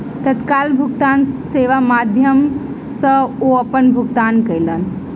तत्काल भुगतान सेवा के माध्यम सॅ ओ अपन भुगतान कयलैन